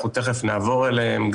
תיכף נעבור אליהן,